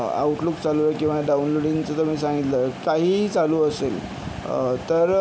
outlook चालू आहे किंवा डाउनलोडिंगचं जे मी सांगितलं काहीही चालू असेल तर